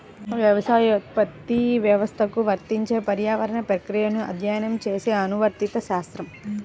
వ్యవసాయోత్పత్తి వ్యవస్థలకు వర్తించే పర్యావరణ ప్రక్రియలను అధ్యయనం చేసే అనువర్తిత శాస్త్రం